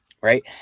right